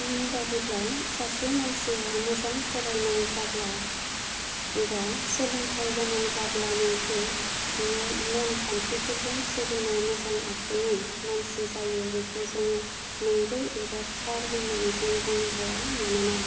आंनि बादिब्ला सासे मानसिआ मोजां फरायनाय जाब्ला एबा सोलोंथाइ गोनां जाब्लानो जे बियो नेम खान्थिफोरजों सोलिनाय मोजां आखुनि मानसि जायो बेखौ जोङो नंगौ एबा थार होननानै जों बुंनो हाया मानोना